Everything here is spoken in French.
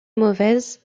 mauvaise